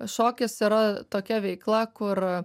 šokis yra tokia veikla kur